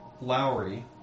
Lowry